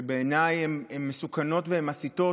שבעיניי הן מסוכנות ומסיתות,